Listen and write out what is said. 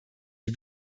die